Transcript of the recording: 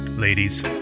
Ladies